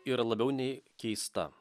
yra labiau nei keista